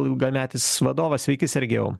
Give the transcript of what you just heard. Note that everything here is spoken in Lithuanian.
ilgametis vadovas sveiki sergėjau